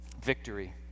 victory